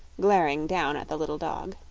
glaring down at the little dog.